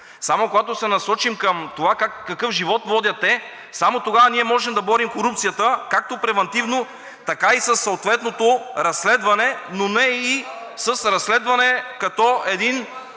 само когато се насочим към това какъв живот водят те, само тогава ние можем да борим корупцията както превантивно, така и със съответното разследване, но не и с разследване като един